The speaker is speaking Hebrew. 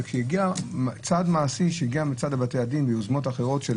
וכשהגיע צעד מעשי מצד בתי הדין ויוזמות אחרות של